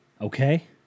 okay